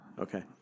Okay